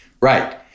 Right